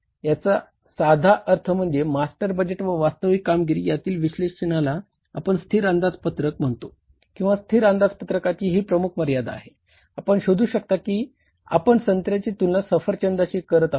याचा साधा अर्थ म्हणजे मास्टर बजेट व वास्तविक कामगिरी यातील विश्लेषणला आपण स्थिर अंदाजपत्रक करत आहोत